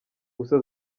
gusa